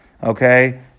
Okay